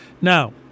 Now